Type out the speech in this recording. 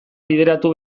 bideratu